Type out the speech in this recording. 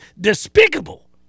despicable